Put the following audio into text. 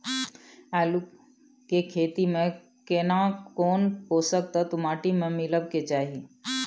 आलू के खेती में केना कोन पोषक तत्व माटी में मिलब के चाही?